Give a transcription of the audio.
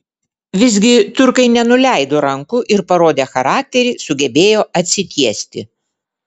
visgi turkai nenuleido rankų ir parodę charakterį sugebėjo atsitiesti